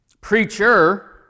preacher